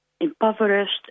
impoverished